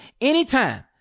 anytime